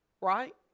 right